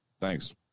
thanks